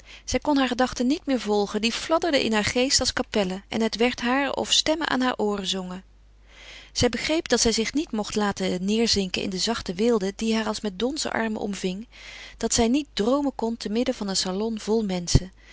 kon haar gedachten niet meer volgen die fladderden in haar geest als kapellen en het werd haar of stemmen aan haar ooren zongen zij begreep dat zij zich niet mocht laten neêrzinken in de zachte weelde die haar als met donzen armen omving dat zij niet droomen kon te midden van een salon vol menschen